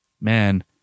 man